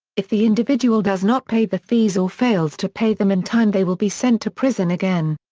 if the individual does not pay the fees or fails to pay them in time they will be sent to prison again.